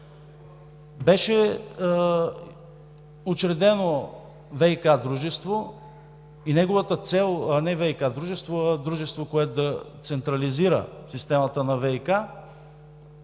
– не ВиК дружество, а дружество, което да централизира системата на ВиК,